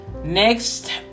Next